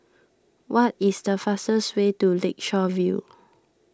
what is the fastest way to Lakeshore View